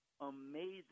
amazing